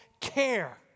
care